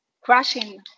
crashing